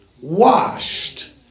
washed